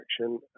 action